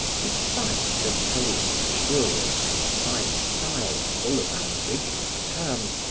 despite tertullian's curious, concise style full of ambiguous terms,